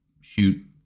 shoot